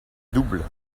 double